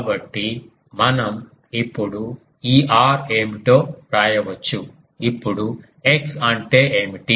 కాబట్టి మనం ఇప్పుడు ఈ r ఏమిటో వ్రాయవచ్చు ఇప్పుడు x అంటే ఏమిటి